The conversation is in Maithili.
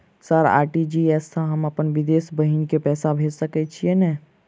सर आर.टी.जी.एस सँ हम अप्पन विदेशी बहिन केँ पैसा भेजि सकै छियै की नै?